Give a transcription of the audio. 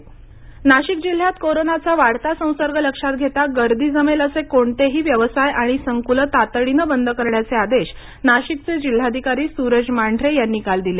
Nashik corona Nashik जिल्ह्यात कोरोनाचा वाढता संसर्ग लक्षात घेता गर्दी जमेल असे कोणतेही व्यवसाय आणि संकूलं तातडीने बंद करण्याचे आदेश नाशिकचे जिल्हाधिकारी सुरज मांढरे यांनी काल दिले